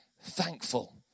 thankful